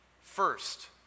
First